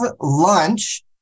lunch